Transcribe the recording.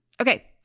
Okay